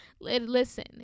Listen